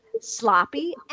sloppy